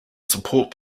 support